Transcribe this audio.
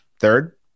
Third